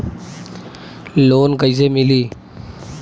Loan कइसे मिलि?